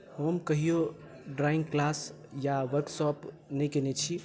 हम कहियो drawing class या वर्कशॉप नहि कयने छी